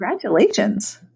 Congratulations